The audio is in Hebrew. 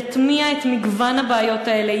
יטמיע את מגוון הבעיות האלה,